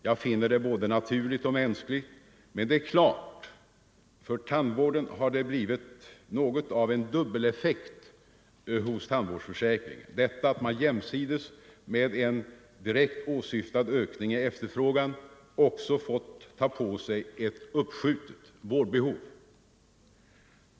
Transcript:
Jag finner det både naturligt och mänskligt, men det har blivit något av en dubbeleffekt av tandvårdsförsäkringen att tandläkarna jämsides med en direkt åsyftad ökning av efterfrågan också fått ta på sig ett uppskjutet vårdbehov.